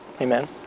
Amen